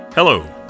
Hello